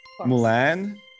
Mulan